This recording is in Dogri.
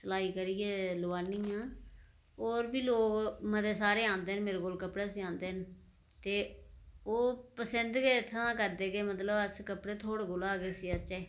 सलाई करियै लुआनी आं होर बी लोक मते सारे आंदे ना मेरे कोल कपड़े सिआंदे न ते ओह् पसिंद गै इत्थां दा करदे के मतलब अस कपड़े थुआढ़े कोला गै सिआचै